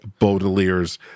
Baudelaires